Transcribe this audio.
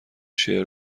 شعر